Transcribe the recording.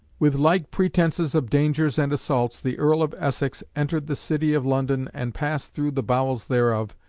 with like pretences of dangers and assaults the earl of essex entered the city of london and passed through the bowels thereof,